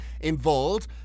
involved